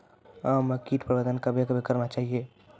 आम मे कीट प्रबंधन कबे कबे करना चाहिए?